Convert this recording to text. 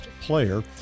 player